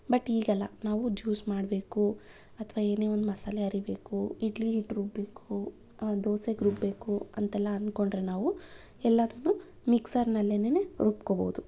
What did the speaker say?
but ಈಗಲ್ಲ ನಾವು juice ಮಾಡಬೇಕು ಅಥವಾ ಏನೇ ಒಂದು ಮಸಾಲೆ ಅರಿಬೇಕು ಇಡ್ಲಿ ಹಿಟ್ಟು ರುಬ್ಬಬೇಕು ದೋಸೆಗೆ ರುಬ್ಬಬೇಕು ಅಂತೆಲ್ಲ ಅಂದ್ಕೊಂಡ್ರೆ ನಾವು ಎಲ್ಲಾನು ಮಿಕ್ಸರ್ನಲ್ಲೇನೇ ರುಬ್ಕೋಬಹುದು